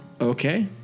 okay